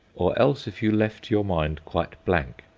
or else if you left your mind quite blank,